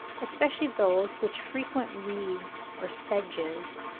especially those which frequent reeds or sedges,